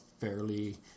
fairly